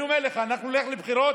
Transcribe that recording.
אני אומר לך: אנחנו נלך לבחירות